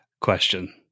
question